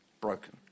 broken